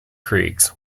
creeks